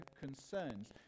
concerns